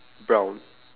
brown